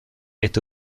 est